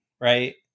right